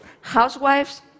housewives